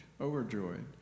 overjoyed